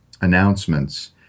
announcements